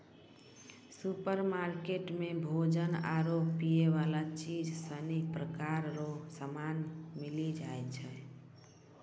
supermarket मे भोजन आरु पीयवला चीज सनी प्रकार रो समान मिली जाय छै